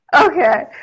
Okay